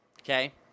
Okay